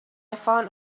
found